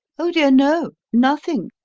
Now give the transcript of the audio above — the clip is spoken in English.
oh, dear, no nothing,